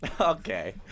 Okay